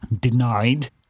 denied